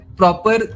proper